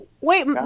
Wait